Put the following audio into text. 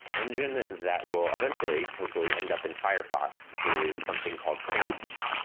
engine that will eventually, hopefully, end up in firefox is something called crane lift.